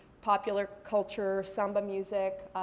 popular culture, samba music.